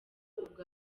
ubwo